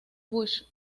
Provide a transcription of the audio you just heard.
bush